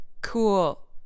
cool